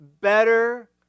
better